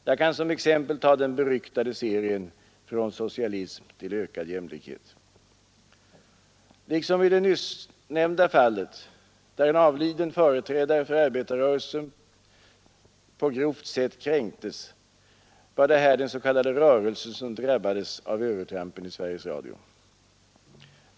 Jag kan som exempel ta den beryktade serien ”Från socialism till ökad jämlikhet”. Liksom i det nyssnämnda fallet, där en avliden företrädare för arbetarrörelsen på grovt sätt kränktes, var det här den s.k. rörelsen som drabbades av övertrampet i Sveriges Radio.